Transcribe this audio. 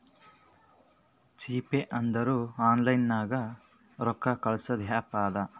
GPay ಅಂದುರ್ online ನಾಗ್ ರೊಕ್ಕಾ ಕಳ್ಸದ್ ಆ್ಯಪ್ ಅದಾ